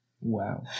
Wow